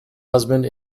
husband